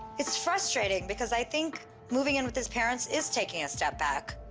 it's frustrating because i think moving in with his parents is taking a step back.